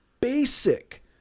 basic